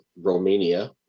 Romania